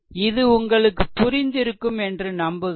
இது உங்களுக்கு புரிந்திருக்கும் என்று நம்புகிறேன்